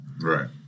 Right